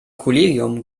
kollegium